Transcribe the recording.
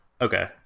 Okay